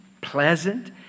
pleasant